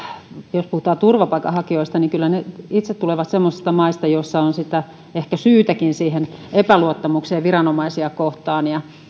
jos puhutaan turvapaikanhakijoista kyllä he itse tulevat semmoisista maista joissa on ehkä syytäkin siihen epäluottamukseen viranomaisia kohtaan